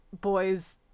boy's